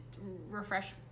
refresh